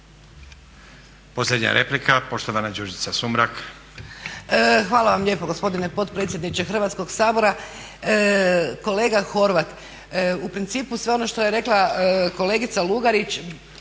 Posljednja replika, poštovana Đurđica Sumrak.